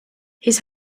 his